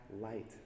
light